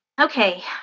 Okay